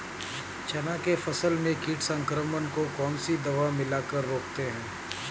चना के फसल में कीट संक्रमण को कौन सी दवा मिला कर रोकते हैं?